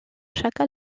chaque